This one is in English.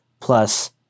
Plus